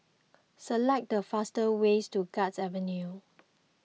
select the fastest ways to Guards Avenue